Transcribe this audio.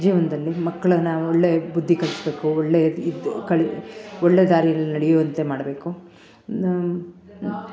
ಜೀವನದಲ್ಲಿ ಮಕ್ಕಳನ್ನ ಒಳ್ಳೆ ಬುದ್ಧಿ ಕಲಿಸಬೇಕು ಒಳ್ಳೆ ವಿದ್ದೆ ಕಲಿ ಒಳ್ಳೆ ದಾರಿಯಲ್ಲಿ ನಡೆಯುವಂತೆ ಮಾಡಬೇಕು